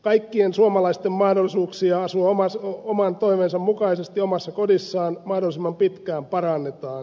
kaikkien suomalaisten mahdollisuuksia asua oman toiveensa mukaisesti omassa kodissaan mahdollisimman pitkään parannetaan